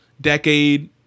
decade